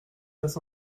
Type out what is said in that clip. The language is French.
quatre